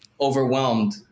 overwhelmed